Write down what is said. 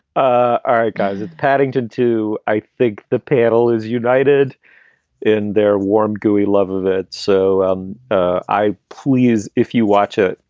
ah right, guys, it's paddington two. i think the panel is united in their warm, gooey love of that. so um ah i please. if you watch it,